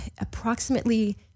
approximately